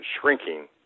shrinking